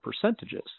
percentages